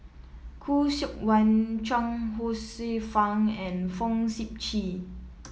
Khoo Seok Wan Chuang Hsueh Fang and Fong Sip Chee